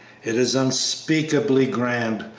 it is unspeakably grand,